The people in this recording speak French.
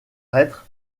reîtres